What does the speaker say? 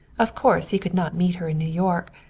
of course he could not meet her in new york.